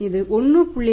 இது 1